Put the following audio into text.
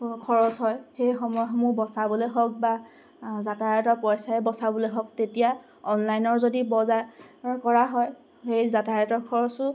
খৰচ হয় সেই সময়সমূহ বচাবলৈ হওক বা যাতায়তৰ পইচাই বচাবলৈ হওক তেতিয়া অনলাইনৰ যদি বজাৰ কৰা হয় সেই যাতায়তৰ খৰচো